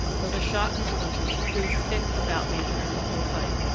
though the shot and splinters flew thick about me during the whole fight.